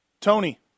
Tony